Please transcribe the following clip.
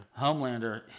Homelander